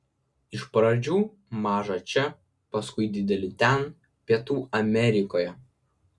iš pradžių mažą čia paskui didelį ten pietų amerikoje